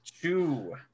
Two